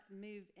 move